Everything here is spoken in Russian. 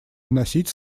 вносить